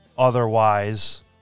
otherwise